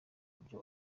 buryo